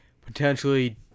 potentially